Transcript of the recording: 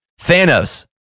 Thanos